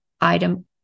item